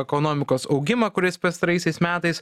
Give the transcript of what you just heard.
ekonomikos augimą kuris pastaraisiais metais